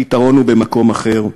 הפתרון הוא במקום אחר,